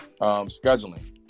Scheduling